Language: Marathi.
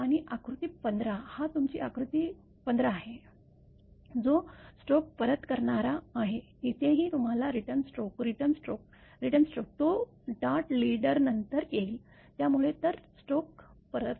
आणि आकृती १५ हा तुमचा आकृती १५ आहे जो स्ट्रोक परत करणारा आहे इथेही तुम्हाला return stroke return stroke return stroke तो डार्ट लीडरनंतर येईल त्यामुळे तर स्ट्रोक परत